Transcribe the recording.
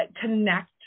connect